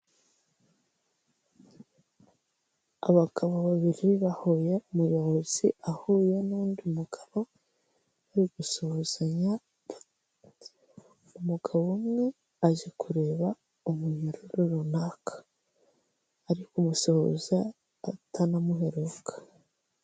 Abagabo babiri bahuye, umuyobozi ahuye n'undi mugabo bari gusuhuzanya, umugabo umweje kureba umunyururu runaka, ari kumusuhuza atanamuheruka.